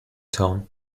tone